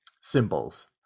symbols